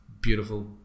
beautiful